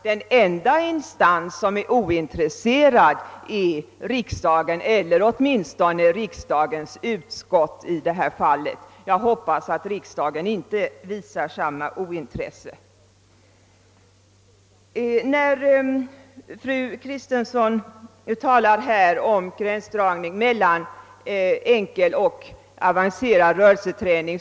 Den enda instans som är ointresserad är riksdagen — eller åtminstone riksdagens statsutskott; jag hoppas att riksdagen inte visar samma brist på intresse. Fru Kristensson talade om gränsdragning mellan enkel och avancerad rörelseträning..